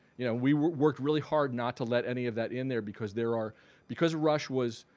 you know we worked really hard not to let any of that in there because there are because rush was